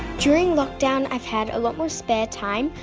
during lockdown, i've had a lot more spare time.